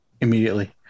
immediately